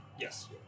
Yes